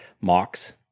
mocks